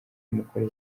mukore